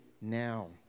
now